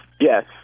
yes